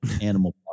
animal